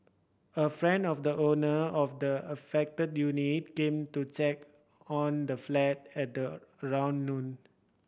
a friend of the owner of the affected unit game to check on the flat at around noon